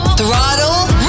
throttle